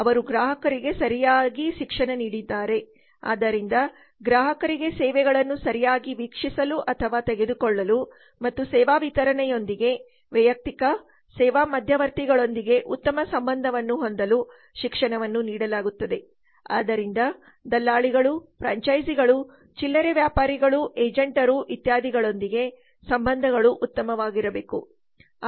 ಅವರು ಗ್ರಾಹಕರಿಗೆ ಸರಿಯಾಗಿ ಶಿಕ್ಷಣ ನೀಡಿದ್ದಾರೆ ಆದ್ದರಿಂದ ಗ್ರಾಹಕರಿಗೆ ಸೇವೆಗಳನ್ನು ಸರಿಯಾಗಿ ವೀಕ್ಷಿಸಲು ಅಥವಾ ತೆಗೆದುಕೊಳ್ಳಲು ಮತ್ತು ಸೇವಾ ವಿತರಣೆಯೊಂದಿಗೆ ವೈಯಕ್ತಿಕ ಸೇವಾ ಮಧ್ಯವರ್ತಿಗಳೊಂದಿಗೆ ಉತ್ತಮ ಸಂಬಂಧವನ್ನು ಹೊಂದಲು ಶಿಕ್ಷಣವನ್ನು ನೀಡಲಾಗುತ್ತದೆ ಆದ್ದರಿಂದ ದಲ್ಲಾಳಿಗಳು ಫ್ರಾಂಚೈಸಿಗಳು ಚಿಲ್ಲರೆ ವ್ಯಾಪಾರಿಗಳು ಏಜೆಂಟರು ಇತ್ಯಾದಿಗಳೊಂದಿಗೆ ಸಂಬಂಧಗಳು ಉತ್ತಮವಾಗಿರಬೇಕು